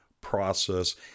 process